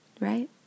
right